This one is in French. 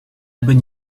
bonne